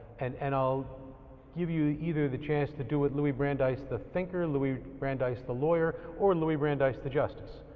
and and i'll give you either the chance to do it louie brandeis the thinker, louie brandeis the lawyer, or louie brandeis the justice.